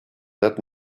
that